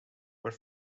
were